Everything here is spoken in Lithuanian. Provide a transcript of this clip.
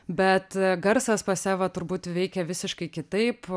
bet garsas pas evą turbūt veikia visiškai kitaip